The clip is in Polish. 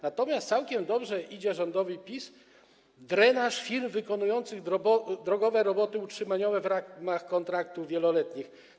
Natomiast całkiem dobrze idzie rządowi PiS drenaż firm wykonujących drogowe roboty utrzymaniowe w ramach kontraktów wieloletnich.